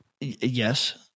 Yes